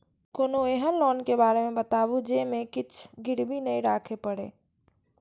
कोनो एहन लोन के बारे मे बताबु जे मे किछ गीरबी नय राखे परे?